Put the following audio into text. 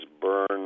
burn